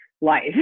life